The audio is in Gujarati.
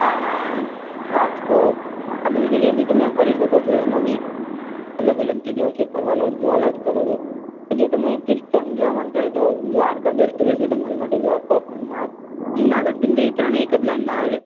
આણંદ રાજકોટ આ બધી જગ્યાએ બી તમે ફરી શકો છો એમાં બી અલગ અલગ જગ્યાઓ છે ફરવાલાયક જોવા લાયક સ્થળો છે જો તમે તિર્થસ્થાન જવા માગતા હોય તો દ્વારકા બેસ્ટ રહેશે તમારે માટે દ્વારકા સોમનાથ જુનાગઢ કેમકે એ ત્રણેય એક જ લાઇનમાં આવે છે